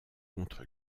contre